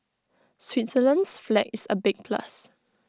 Switzerland's flag is A big plus